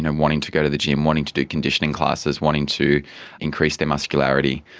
and wanting to go to the gym, wanting to do conditioning classes, wanting to increase their muscularity.